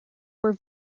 are